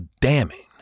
damning